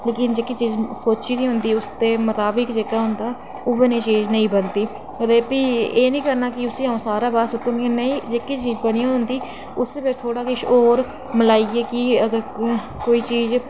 लेकिन जेह्की चीज़ सोची दी होंदी उसदे मताबक जेह्का उऐ नेही चीज़ नेईं बनदी ते भी एह् निं करना की उसी सारा बाहर सुट्टी ओड़नी नेईं उसी जेह्की चीज बनी दी होंदी उसी थोह्ड़ा होर मलाइयै कोई होर चीज़